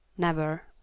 never.